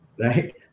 right